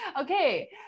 Okay